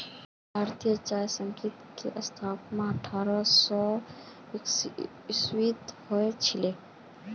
भारतीय चाय संघ की स्थापना अठारह सौ एकासी ईसवीत हल छिले